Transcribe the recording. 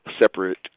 separate